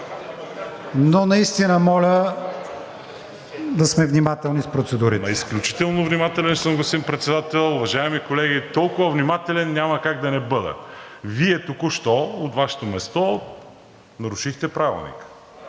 но наистина моля да сме внимателни с процедурите.